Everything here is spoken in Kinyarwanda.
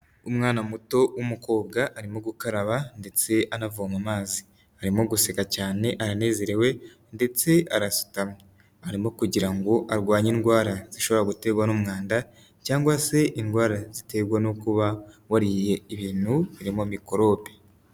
Umwana muto w'umukobwa arimo gukaraba ndetse anavoma amazi, arimo guseka cyane aranezerewe ndetse arasutamye, arimo kugira ngo arwanye indwara zishobora guterwa n'umwanda cyangwa se indwara ziterwa no kuba wariye ibintu birimo mikorobe.